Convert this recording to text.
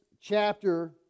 chapter